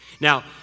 Now